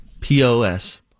P-O-S